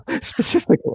specifically